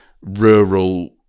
rural